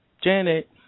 Janet